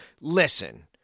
listen